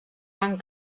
van